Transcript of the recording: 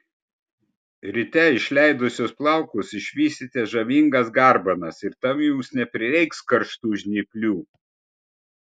ryte išleidusios plaukus išvysite žavingas garbanas ir tam jums neprireiks karštų žnyplių